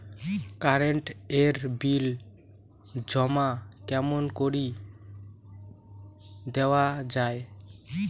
Current এর bill জমা কেমন করি দেওয়া যায়?